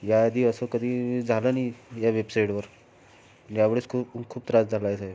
या आधी असं कधी झालं नाही या वेबसाइटवर यावेळेस खूप खूप त्रास झाला आहे साहेब